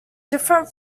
different